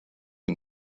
and